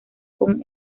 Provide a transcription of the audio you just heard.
con